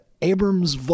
Abrams